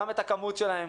הכמות שלהם,